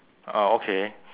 ah okay